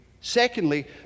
Secondly